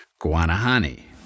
Guanahani